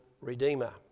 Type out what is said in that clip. redeemer